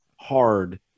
hard